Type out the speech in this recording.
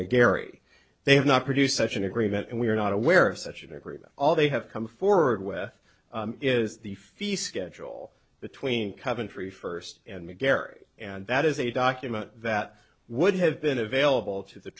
mcgarry they have not produced such an agreement and we are not aware of such an agreement all they have come forward with is the feast schedule between coventry first and gary and that is a document that would have been available to the